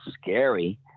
scary